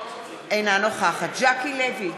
אינה נוכחת ז'קי לוי,